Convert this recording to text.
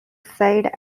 side